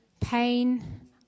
Pain